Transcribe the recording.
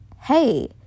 Hey